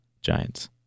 Giants